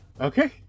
Okay